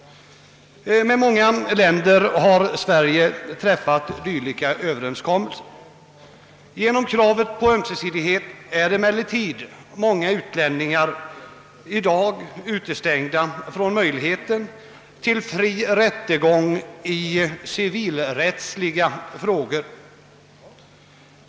Med många länder har Sverige träffat dylika överenskommelser. På grund av kravet på ömsesidighet är emellertid många utlänningar i dag utestängda från möjligheten till fri rättegång i civilrättsliga frågor.